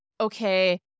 okay